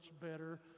better